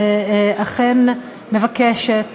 אכן מבקשת